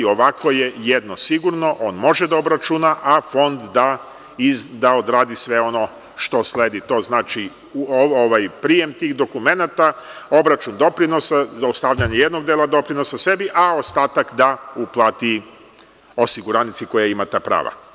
Ovako je jedno sigurno – on može da obračuna, a Fond da odradi sve ono što sledi – prijem tih dokumenata, obračun doprinosa, ostavljanje jednog dela doprinosa sebi, a ostatak da uplati osiguranici koja ima ta prava.